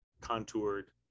contoured